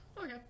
Okay